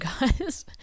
guys